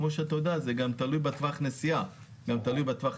כמו שאתה יודע, זה גם תלוי בטווח הנסיעה, בכמויות.